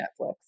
Netflix